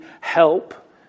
help